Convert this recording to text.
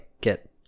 get